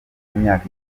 imyaka